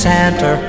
Santa